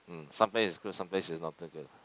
mm sometimes is good sometimes is not too good